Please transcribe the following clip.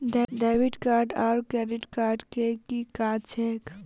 Debit card आओर credit card केँ की काज छैक?